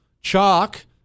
Chalk